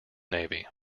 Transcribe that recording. navy